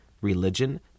religion